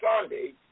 Sunday